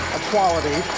equality